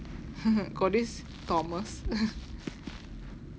got this thomas